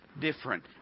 different